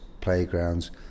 playgrounds